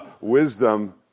Wisdom